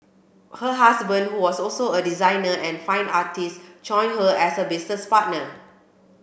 her husband who was also a designer and fine artist joined her as a business partner